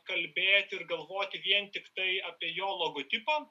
kalbėti ir galvoti vien tiktai apie jo logotipą